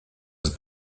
das